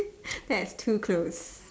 that's too close